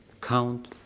count